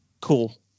cool